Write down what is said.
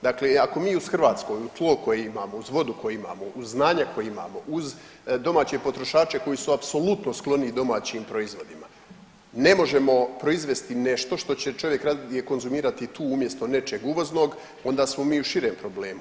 Dakle, ako mi uz hrvatsko tlo koje imamo, uz vodu koju imamo, uz znanja koja imamo, uz domaće potrošače koji su apsolutno skloni domaćim proizvodima, ne možemo proizvesti nešto što će čovjek radije konzumirati tu umjesto nečeg uvoznog onda smo mi u širem problemu.